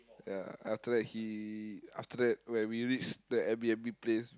yeah after that he after that when we reach the Air-B_N_B place